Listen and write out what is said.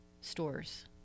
stores